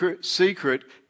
secret